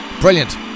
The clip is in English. Brilliant